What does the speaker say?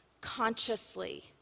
consciously